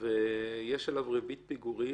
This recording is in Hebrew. זה שיתוף פעולה פוזיטיבי.